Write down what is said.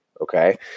Okay